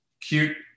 cute